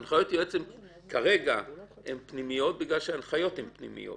הנחיות יועץ כרגע הן פנימיות בגלל שההנחיות הן פנימיות.